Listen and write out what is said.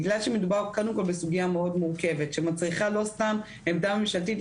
בגלל שמדובר קודם כל בסוגיה מאוד מורכבת שמצריכה לא סתם עמדה ממשלתית,